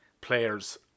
players